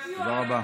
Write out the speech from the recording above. תודה רבה.